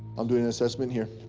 i'm doing an assessment here,